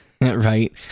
right